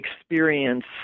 experience